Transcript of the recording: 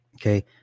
Okay